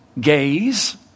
gays